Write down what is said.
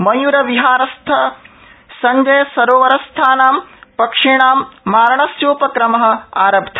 मयूरविहारस्य संजयसरोवरस्थानां पक्षीणां मारणस्योपक्रम आरब्ध